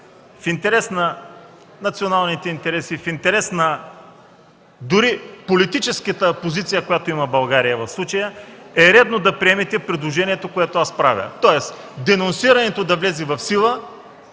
в интерес на националните интереси и дори и на политическата позиция, която България има в случая, е редно да приемете предложението, което правя. Тоест, денонсирането да влезе в сила,